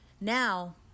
now